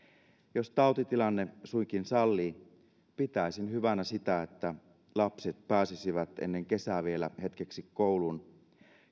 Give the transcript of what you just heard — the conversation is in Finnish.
jos tautitilanne suinkin sallii pitäisin hyvänä sitä että lapset pääsisivät ennen kesää vielä hetkeksi kouluun